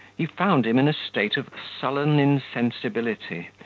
he found him in a state of sullen insensibility,